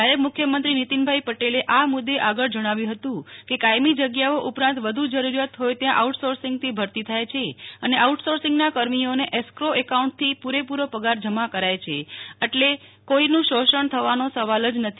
નાયબ મુખયમંત્રી નીતિનભાઈ પટેલે આ મુદ્દે આગળ જણાવ્યું હતું કે કાયમી જગ્યાઓ ઉપરાંત વધુ જરૂરિયાત હોય તયાં આઉટસોર્સિંગથી ભરતી થાય છે અને આઉટસોર્સિંગના કર્મીઓને એસ્ક્રો એકાઉન્ટથી પુરેપુરો પગાર જમા કરાય છે આટલે કોઈનું શોષણ થવાનો સવાલ જ નથી